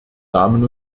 damen